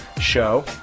show